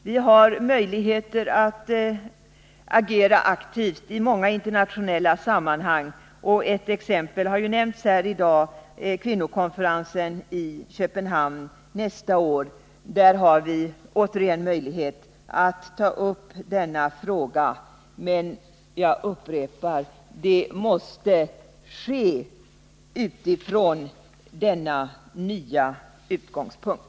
Vi har möjligheter att agera aktivt i många internationella sammanhang, och ett exempel har ju nämnts här i dag: kvinnokonferensen i Köpenhamn nästa år. Där har vi återigen möjlighet att ta upp denna fråga, men jag vill upprepa att det måste ske från denna nya utgångspunkt.